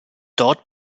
dort